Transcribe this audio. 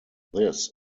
this